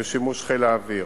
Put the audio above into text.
ובשימוש חיל האוויר.